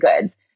goods